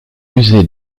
musée